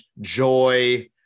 joy